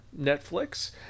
Netflix